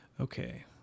Okay